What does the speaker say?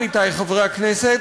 עמיתי חברי הכנסת,